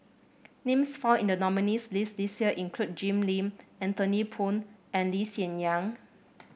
names found in the nominees' list this year include Jim Lim Anthony Poon and Lee Hsien Yang